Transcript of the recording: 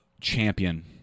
champion